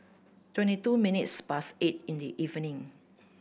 twenty two minutes past eight in the evening